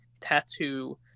Tattoo